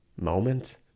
Moment